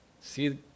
see